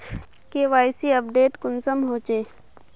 KYC update कुंसम होचे?